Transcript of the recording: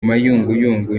mayunguyungu